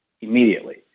immediately